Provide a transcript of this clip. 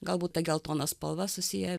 galbūt ta geltona spalva susiję